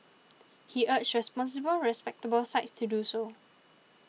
he urged responsible respectable sites to do so